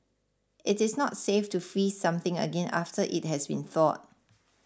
it is not safe to freeze something again after it has been thawed